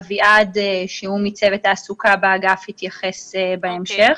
אביעד מצוות תעסוקה באגף יתייחס בהמשך.